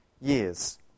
years